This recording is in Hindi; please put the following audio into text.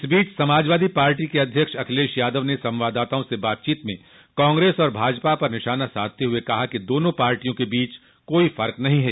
इस बीच सपा अध्यक्ष अखिलेश यादव ने संवाददाताओं से बातचीत में कांग्रेस और भाजपा पर निशाना साधते हुए कहा कि दोनों पार्टियों के बीच कोई फर्क नहीं है